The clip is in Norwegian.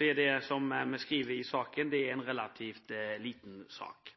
er det, som vi skriver i saken, en relativt liten sak.